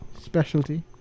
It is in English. Specialty